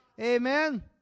Amen